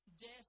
death